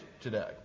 today